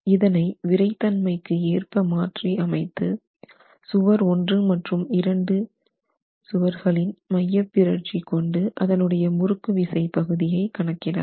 இதனை விறைத்தன்மைக்கு ஏற்ப மாற்றி அமைத்து சுவர் 1 மற்றும் 2 சுவர்களின் மையப்பிறழ்ச்சி கொண்டு அதனுடைய முறுக்கு விசை பகுதியை கணக்கிடலாம்